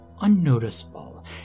unnoticeable